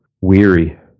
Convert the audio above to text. weary